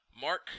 Mark